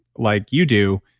like you do,